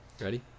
Ready